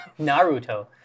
Naruto